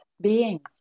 Beings